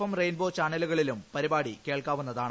M rainbow ചാനലുകളിലും പരിപാടി കേൾക്കാവുന്നതാണ്